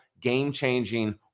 game-changing